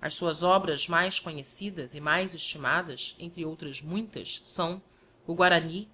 as suas obras mais conhecidas e mais estimadas entre outras muitas são o guarany